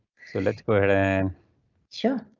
so let's go ahead and sure.